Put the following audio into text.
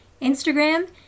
Instagram